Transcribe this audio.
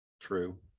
True